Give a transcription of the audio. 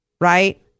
right